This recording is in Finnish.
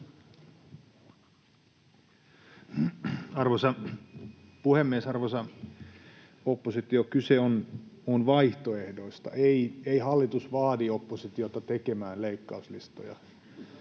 Arvoisa puhemies! Arvoisa oppositio, kyse on vaihtoehdoista. Ei hallitus vaadi oppositiota tekemään leikkauslistoja,